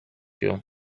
you